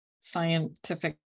scientific